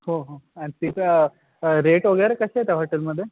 हो हो आणि तिथं रेट वगैरे कसे आहे त्या हॉटेलमध्ये